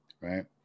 Right